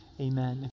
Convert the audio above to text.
Amen